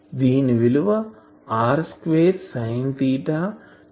దీని విలువ r square sine d d